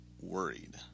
worried